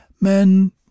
Men